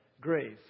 grave